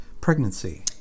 pregnancy